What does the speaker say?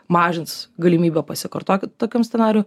mažins galimybę pasikartoki tokiam scenarijui